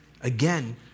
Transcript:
Again